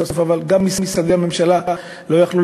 אבל בסוף גם משרדי הממשלה לא היו יכולים